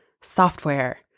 software